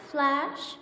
Flash